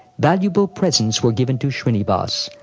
valuable presents were given to shrinivas,